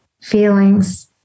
feelings